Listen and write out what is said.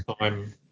time